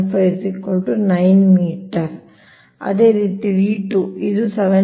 75 9 metre ಸಮಾನವಾಗಿರುತ್ತದೆ ಅದೇ ರೀತಿ d2 ಇದು 7